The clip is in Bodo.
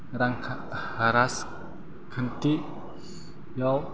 रांखा राजखान्थियाव